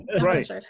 Right